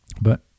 but-